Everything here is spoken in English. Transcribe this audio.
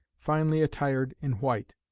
finely attired in white.